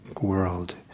world